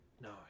No